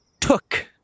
took